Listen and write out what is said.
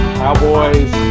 cowboys